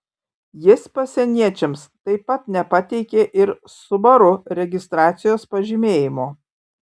jis pasieniečiams taip pat nepateikė ir subaru registracijos pažymėjimo